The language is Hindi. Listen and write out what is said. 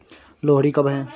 लोहड़ी कब है?